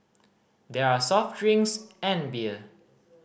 there are soft drinks and beer